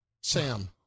Sam